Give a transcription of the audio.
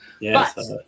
Yes